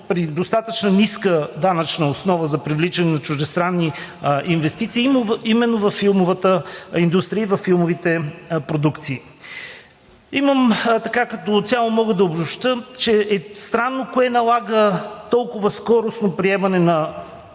при достатъчно ниска данъчна основа е за привличане на чуждестранни инвестиции именно във филмовата индустрия и във филмовите продукции. Като цяло мога да обобщя, че е странно кое налага толкова скоростно приемане на